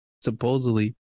supposedly